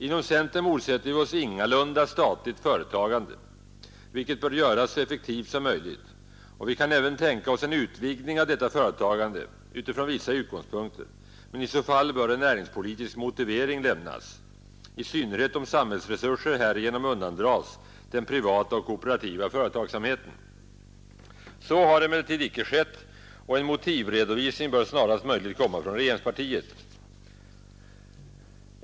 Inom centern motsätter vi oss ingalunda statligt företagande, vilket bör göras så effektivt som möjligt, och vi kan även tänka oss en utvidgning av detta företagande utifrån vissa utgångspunkter, men i så fall bör en näringspolitisk motivering lämnas, i synnerhet om samhällsresurser härigenom undandras den privata och kooperativa företagsamheten. Så har emellertid icke skett och en motivredovisning bör snarast möjligt komma från regeringspartiet.